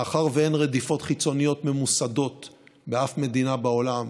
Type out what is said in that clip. מאחר שאין רדיפות חיצוניות ממוסדות באף מדינה בעולם,